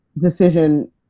decision